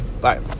Bye